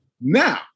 Now